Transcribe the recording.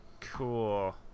Cool